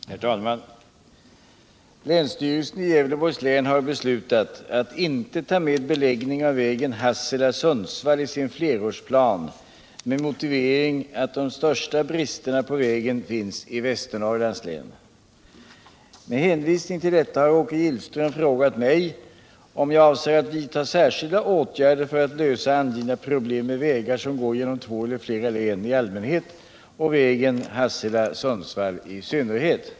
Herr talman! Länsstyrelsen i Gävleborgs län har beslutat att inte ta med beläggning av vägen Hassela-Sundsvall i sin flerårsplan med motivering att de största bristerna på vägen finns i Västernorrlands län. Med hänvisning till detta har Åke Gillström frågat mig, om jag avser att vidta särskilda åtgärder för att lösa angivna problem med vägar som går genom två eller fler län i allmänhet och vägen Hassela-Sundsvall i synnerhet.